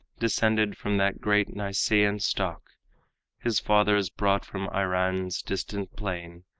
descended from that great nisaean stock his fathers brought from iran's distant plain,